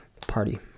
Party